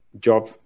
job